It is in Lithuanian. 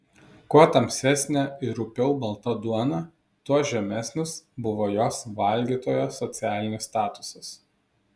kuo tamsesnė ir rupiau malta duona tuo žemesnis buvo jos valgytojo socialinis statusas